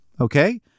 Okay